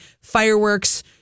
fireworks